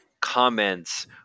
comments